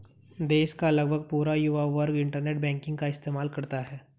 देश का लगभग पूरा युवा वर्ग इन्टरनेट बैंकिंग का इस्तेमाल करता है